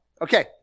Okay